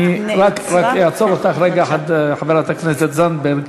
רק אעצור אותך רגע אחד, חברת הכנסת זנדברג.